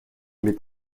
mit